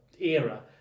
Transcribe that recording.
era